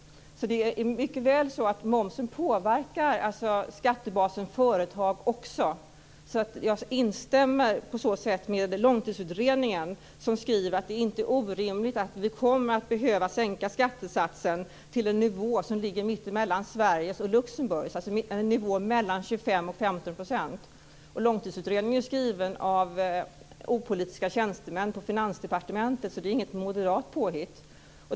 Det kan alltså mycket väl vara så att momsen också påverkar skattebasen företag. Jag instämmer på så sätt med Långtidsutredningen, som skriver att det inte är orimligt att vi kommer att behöva sänka skattesatsen till en nivå som ligger mittemellan Sveriges och Luxemburgs, alltså mellan 25 % och 15 %. Långtidsutredningen är ju skriven av opolitiska tjänstemän på Finansdepartementet. Det är inget moderat påhitt.